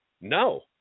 No